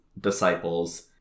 disciples